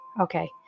Okay